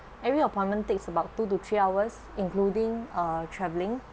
every appointment takes about two to three hours including uh travelling